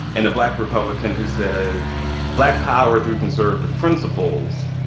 and a black republican who says black power through conservative principles,